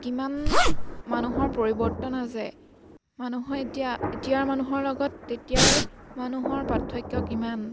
কিমান মানুহৰ পৰিৱৰ্তন আছে মানুহ এতিয়া এতিয়াৰ মানুহৰ লগত তেতিয়াৰ মানুহৰ পাৰ্থক্য কিমান